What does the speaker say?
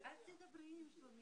"ממדים ללימודים"